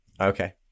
Okay